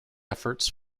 efforts